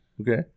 Okay